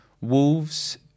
Wolves